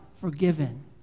forgiven